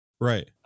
right